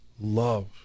love